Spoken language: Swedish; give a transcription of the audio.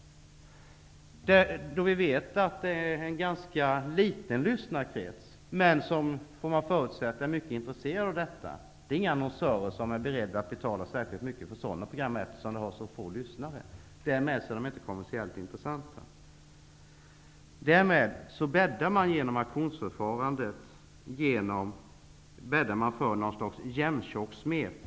Vi vet ju att det är en ganska liten lyssnarkrets, men -- får man förutsätta -- en mycket intresserad sådan. Det är inga annonsörer som är beredda att betala särskilt mycket för sådana program, eftersom de programmen har så få lyssnare. Därmed är de inte kommersiellt intressanta. Således bäddar man genom auktionsförfarandet för ett slags jämntjock smet.